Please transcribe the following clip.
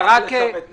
"שלח לשם את נשותיו".